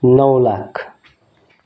नौ लाख